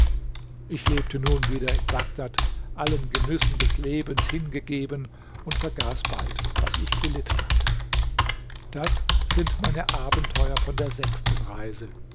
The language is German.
ich lebte nun wieder in bagdad allen genüssen des lebens hingegeben und vergaß bald was ich gelitten hatte das sind meine abenteuer von der sechsten reise